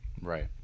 Right